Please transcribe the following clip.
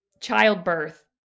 childbirth